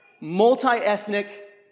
multi-ethnic